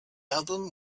album